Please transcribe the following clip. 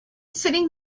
sitting